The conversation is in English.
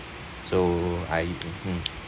so are you uh hmm